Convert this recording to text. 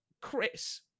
Chris